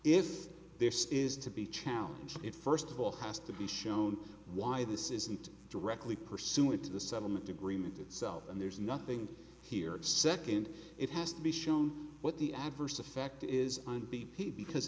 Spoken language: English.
if there is to be challenge it first of all has to be shown why this isn't directly pursuant to the settlement agreement itself and there's nothing here second it has to be shown what the adverse effect is on b p because